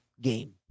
game